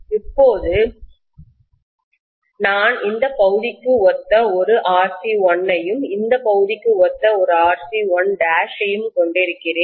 இப்போது நான் இந்த பகுதிக்கு ஒத்த ஒரு Rc1 ஐயும் இந்த பகுதிக்கு ஒத்த ஒரு Rc1 ஐயும் கொண்டிருக்கிறேன்